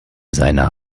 seiner